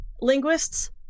linguists